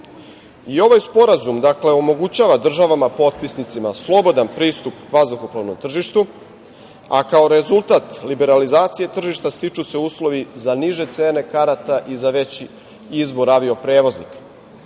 ovaj sporazum omogućava državama potpisnicama slobodan pristup vazduhoplovnom tržištu. Kao rezultat liberalizacije tržišta stiču se uslovi za niže cene karata i veći izbor avio-prevoznika.